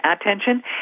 attention